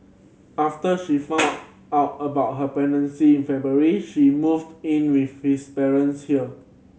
after she found out about her pregnancy in February she moved in with his parents here